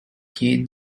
keen